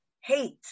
hate